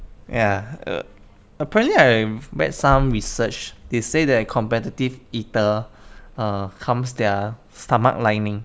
ya uh apparently I've read some research they say that competitive eater uh pumps their stomach lining